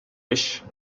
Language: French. riche